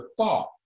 thought